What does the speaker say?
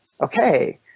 Okay